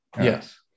Yes